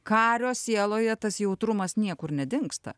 kario sieloje tas jautrumas niekur nedingsta